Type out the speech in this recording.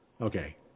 Okay